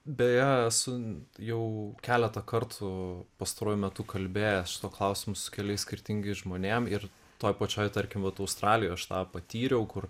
beje esu jau keletą kartų pastaruoju metu kalbėjęs klausimu su keliais skirtingais žmonėm ir toj pačioj tarkim vat australijoj aš tą patyriau kur